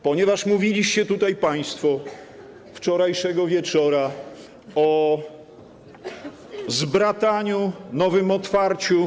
Ponieważ mówiliście tutaj państwo wczorajszego wieczora o zbrataniu, nowym otwarciu.